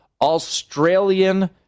Australian